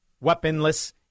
Weaponless